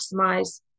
maximize